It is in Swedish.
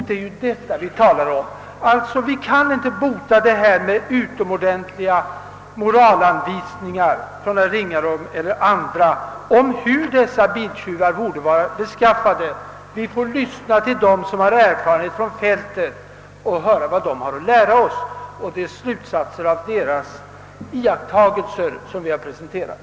Det är detta vi talar om. Vi kan inte bota kriminalitet med moralanvisningar från herr Ringaby eller andra om hur dessa biltjuvar borde vara beskaffade. Vi får lyssna till dem som har erfarenhet från fältet och höra vad de har att lära oss. Det är slutsatser av deras iakttagelser vi har presenterat.